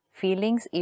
feelings